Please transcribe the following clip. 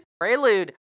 prelude